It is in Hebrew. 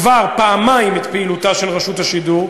כבר פעמיים את פעילותה של רשות השידור,